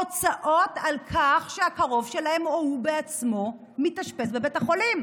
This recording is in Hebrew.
הוצאות על כך שהקרוב שלהם או הוא בעצמו מתאשפז בבית החולים.